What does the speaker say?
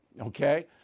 okay